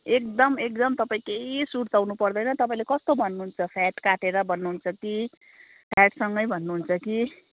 एकदम एकदम तपाईँ केही सुर्ताउनु पर्दैन तपाईँले कस्तो भन्नुहुन्छ फ्याट काटेर भन्नुहुन्छ कि फ्याटसँगै भन्नुहुन्छ कि